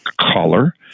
color